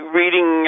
reading